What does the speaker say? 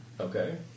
Okay